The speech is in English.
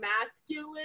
masculine